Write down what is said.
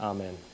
Amen